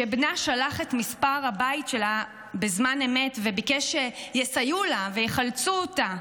שבנה שלח את מספר הבית שלה בזמן אמת וביקש שיסייעו לה ויחלצו אותה,